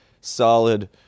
solid